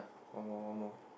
one more one more